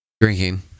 Drinking